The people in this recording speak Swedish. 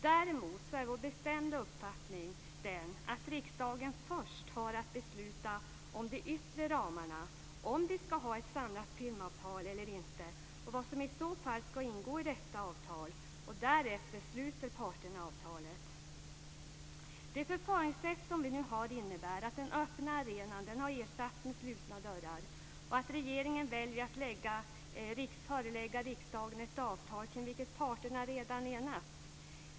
Däremot är vår bestämda uppfattning den att riksdagen först har att besluta om de yttre ramarna - om vi ska ha ett samlat filmavtal eller inte - och vad som i så fall ska ingå i detta avtal. Därefter sluter parterna avtalet. Det förfaringssätt som vi nu har innebär att den öppna arenan har ersatts med slutna dörrar, och att regeringen väljer att förelägga riksdagen ett avtal kring vilket parterna redan enats.